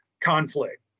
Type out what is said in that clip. conflict